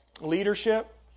leadership